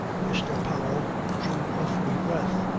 mr. powell drew a free breath.